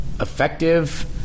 effective